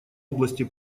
области